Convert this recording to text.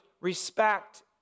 respect